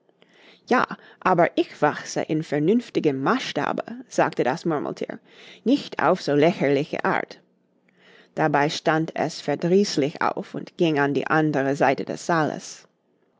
ja aber ich wachse in vernünftigem maßstabe sagte das murmelthier nicht auf so lächerliche art dabei stand es verdrießlich auf und ging an die andere seite des saales